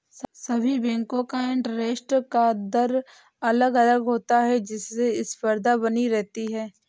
सभी बेंको का इंटरेस्ट का दर अलग अलग होता है जिससे स्पर्धा बनी रहती है